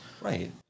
Right